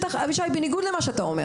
אבישי, בניגוד למה שאתה אומר